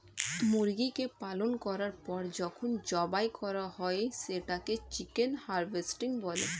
মুরগিকে পালন করার পর যখন জবাই করা হয় সেটাকে চিকেন হারভেস্টিং বলে